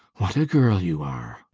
what a girl you are!